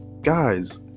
guys